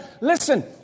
Listen